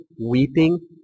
weeping